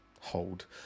Hold